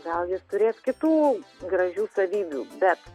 gal jis turės kitų gražių savybių bet